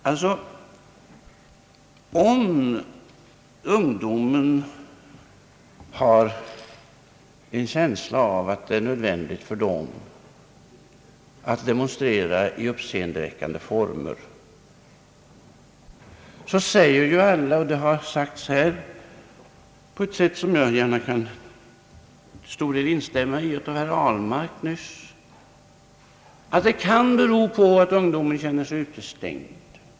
Alltså — om ungdomen har en känsla av att det är nödvändigt att demonstrera i uppseendeväckande former så säger ju alla — och det har sagts här på ett sätt som jag till stor del kan instämma i, bl.a. av herr Ahlmark nyss — att det kan bero på att ungdomen känner sig utestängd.